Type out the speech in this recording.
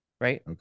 right